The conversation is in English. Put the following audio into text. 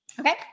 Okay